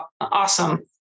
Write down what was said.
awesome